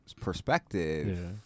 perspective